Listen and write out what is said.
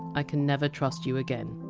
i can never trust you again